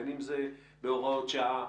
בין אם זה בהוראות שעה,